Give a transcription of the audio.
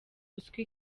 ruswa